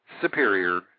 superior